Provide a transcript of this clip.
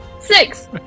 six